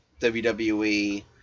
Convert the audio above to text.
WWE